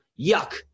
yuck